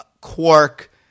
Quark